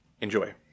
enjoy